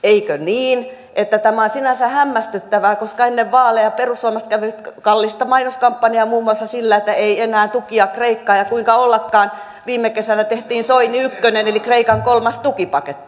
eikö niin että tämä on sinänsä hämmästyttävää koska ennen vaaleja perussuomalaiset kävivät kallista mainoskampanjaa muun muassa sillä että ei enää tukia kreikkaan ja kuinka ollakaan viime kesänä tehtiin soini ykkönen eli kreikan kolmas tukipaketti